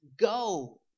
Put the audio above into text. go